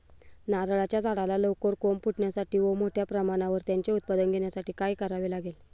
नारळाच्या झाडाला लवकर कोंब फुटण्यासाठी व मोठ्या प्रमाणावर त्याचे उत्पादन घेण्यासाठी काय करावे लागेल?